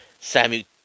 Sammy